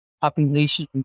population